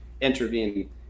intervene